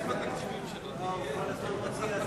מס' 101), התש"ע 2009, נתקבל.